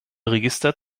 register